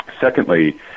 Secondly